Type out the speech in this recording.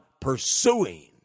pursuing